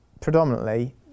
predominantly